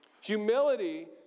Humility